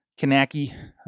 kanaki